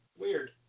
Weird